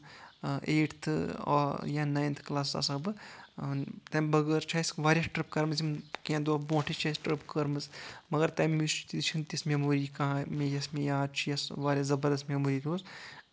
eighth یا ninth classes آسہٕ ہا بہٕ تَمہِ بَغٲر چھےٚ اَسہِ واریاہ ٹرپ کرِمژ کیٚنٛہہ دۄہ برونٛٹھے چھ اسہِ ٹرِپ کٔرمٕژ مَگر تمہِ وِز چھِ نہٕ تِژھ میٚموری کانٛہہ مےٚ یۄس مےٚ یاد چھےٚ یۄس واریاہ زَبردست میٚموری روٗز